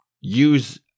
use